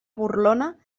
burlona